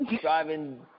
driving